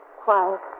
Quiet